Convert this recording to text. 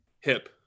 Hip